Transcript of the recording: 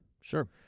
sure